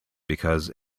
because